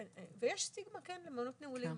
ויש סטיגמה, כן, למעונות נעולים.